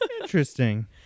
interesting